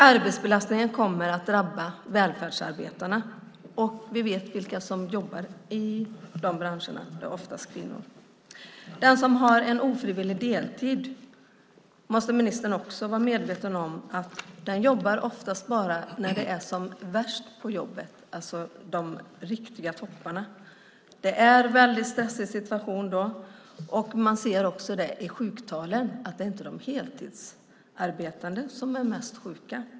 Arbetsbelastningen kommer att drabba välfärdsarbetarna. Vi vet vilka som jobbar i de branscherna - oftast kvinnor. Ministern måste också vara medveten om att den som har ett ofrivilligt deltidsarbete jobbar oftast bara när det är som värst på jobbet, det vill säga de riktiga topparna. Det är stressigt då, och det syns i sjuktalen att det inte är de heltidsarbetande som är mest sjuka.